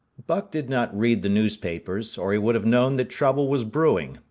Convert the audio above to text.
buck did not read the newspapers, or he would have known that trouble was brewing,